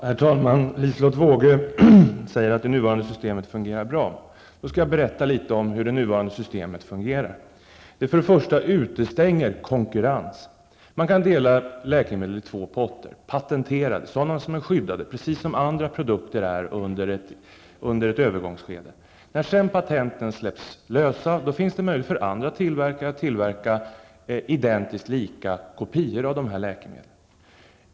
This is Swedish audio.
Herr talman! Liselotte Wågö säger att det nuvarande systemet fungerar bra. Då skall jag berätta litet om hur det nuvarande systemet fungerar. Först och främst utestänger det konkorrens. Man kan indela läkemedel i flera ''potter''. De patenterade är sådana som är skyddade, precis som andra produkter, under ett övergångsskede. När patenten släpps lösa finns det möjligheter för andra tillverkare att tillverka andra identiskt lika kopior av det läkemedlet.